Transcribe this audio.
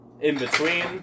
in-between